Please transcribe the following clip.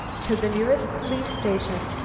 to the nearest police station.